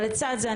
אבל לצד זה,